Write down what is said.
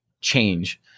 change